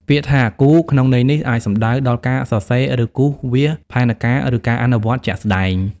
ពាក្យថា «គូរ» ក្នុងន័យនេះ អាចសំដៅដល់ការសរសេរ ការគូសវាសផែនការ ឬការអនុវត្តជាក់ស្តែង។